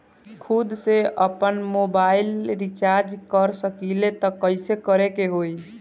खुद से आपनमोबाइल रीचार्ज कर सकिले त कइसे करे के होई?